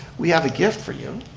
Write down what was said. we have a gift for you.